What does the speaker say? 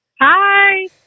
Hi